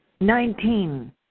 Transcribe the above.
nineteen